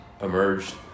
Emerged